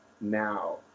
now